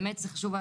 מה